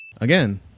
again